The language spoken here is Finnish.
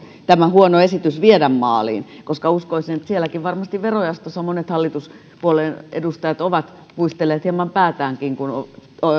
tämä huono esitys pakko viedä maaliin koska uskoisin että siellä verojaostossakin varmasti monet hallituspuolueiden edustajat ovat puistelleet hieman päätään kun